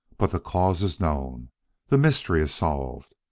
but the cause is known the mystery is solved.